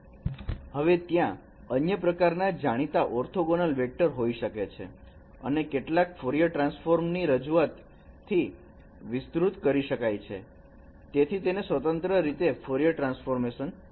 હવે ત્યાં અન્ય પ્રકારના જાણીતા ઓર્થોગોનલ વેક્ટર હોઈ શકે છે અને કેટલાક ફોરિયર ટ્રાન્સફોર્મરની રજૂઆતથી વિસ્તૃત કરી શકાય છે તેથી તેને સ્વતંત્ર રીતે ફોરિયર ટ્રાન્સફોર્મ કહેવાય છે